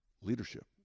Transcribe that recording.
Leadership